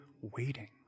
waiting